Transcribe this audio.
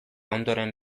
ondoren